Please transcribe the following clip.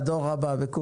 בוא נודה על האמת,